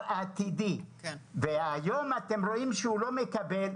העתידי והיום אתם רואים שהוא לא מקבל,